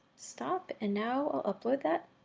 stop. and now i'll upload that.